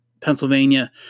Pennsylvania